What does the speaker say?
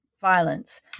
violence